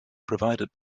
provided